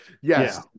yes